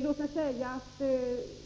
Låt mig säga att